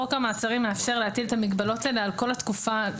חוק המעצרים מאפשר להטיל את המגבלות האלה על כל התקופה,